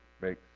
makes